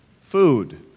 food